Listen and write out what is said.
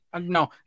no